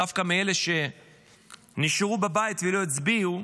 דווקא מאלה שנשארו בבית ולא הצביעו,